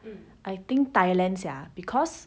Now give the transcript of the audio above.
I think thailand sia because